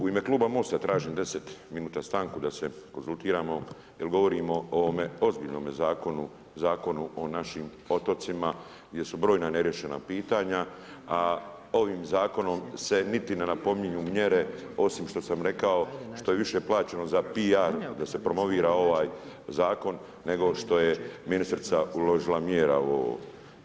U ime kluba MOST-a tražim 10 minuta stanku da se konzultiramo jer govorimo o ovome ozbiljnome Zakonu, Zakonu o našim otocima gdje su brojna nerješena pitanja, a ovim Zakonom se niti ne napominju mjere osim što sam rekao, što je više plaćeno za PR da se promovira ovaj zakon nego što je ministrica uložila mjera u ovo.